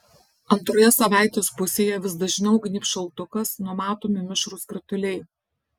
antroje savaitės pusėje vis dažniau gnybs šaltukas numatomi mišrūs krituliai